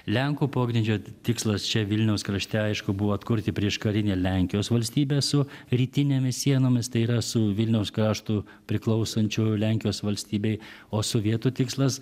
lenkų pogrindžio tikslas čia vilniaus krašte aišku buvo atkurti prieškarinę lenkijos valstybę su rytinėmis sienomis tai yra su vilniaus kraštu priklausančiu lenkijos valstybei o sovietų tikslas